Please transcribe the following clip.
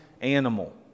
animal